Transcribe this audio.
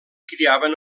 criaven